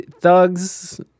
thugs